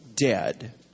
dead